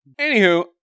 Anywho